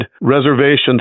reservations